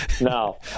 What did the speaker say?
no